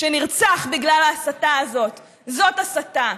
שנרצח בגלל ההסתה הזאת, זאת הסתה,